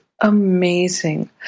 Amazing